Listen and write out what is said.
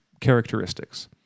characteristics